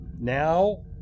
now